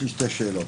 יש לי שתי שאלות.